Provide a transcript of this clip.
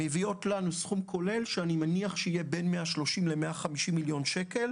מביאות לנו סכום כולל שאני מניח שיהיה בין 150-130 מיליון שקל.